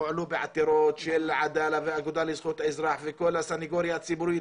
הועלה בעתירות של עדאלה והאגודה לזכויות האזרח וכל הסנגוריה הציבורית